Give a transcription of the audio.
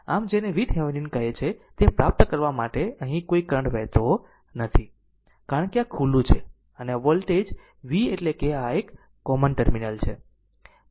આમ જેને VThevenin કહે છે તે પ્રાપ્ત કરવા માટે અહીં કોઈ કરંટ વહેતો નથી કારણ કે આ ખુલ્લું છે અને આ વોલ્ટેજ V એટલે કે આ એક કોમન ટર્મિનલ છે